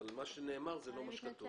אבל מה שנאמר הוא לא מה שכתוב.